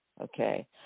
okay